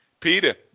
Peter